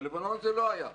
בלבנון זה לא היה לצערי,